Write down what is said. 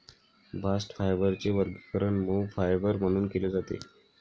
bast फायबरचे वर्गीकरण मऊ फायबर म्हणून केले जाते